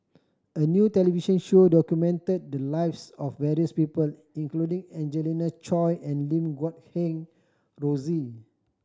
a new television show documented the lives of various people including Angelina Choy and Lim Guat Kheng Rosie